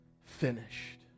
finished